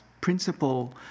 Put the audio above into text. principle